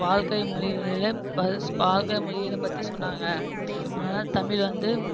வாழ்க்கை முறைகளிலே வாழ்க்கை முறைகளை பற்றி சொன்னாங்க அதனால் தமிழ் வந்து